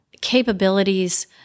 capabilities